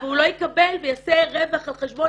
אבל הוא לא יקבל ויעשה רווח על חשבון